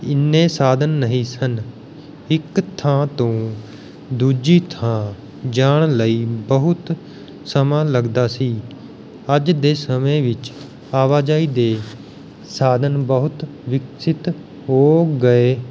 ਇੰਨੇ ਸਾਧਨ ਨਹੀਂ ਸਨ ਇੱਕ ਥਾਂ ਤੋਂ ਦੂਜੀ ਥਾਂ ਜਾਣ ਲਈ ਬਹੁਤ ਸਮਾਂ ਲੱਗਦਾ ਸੀ ਅੱਜ ਦੇ ਸਮੇਂ ਵਿੱਚ ਆਵਾਜਾਈ ਦੇ ਸਾਧਨ ਬਹੁਤ ਵਿਕਸਿਤ ਹੋ ਗਏ